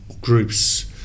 groups